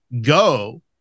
go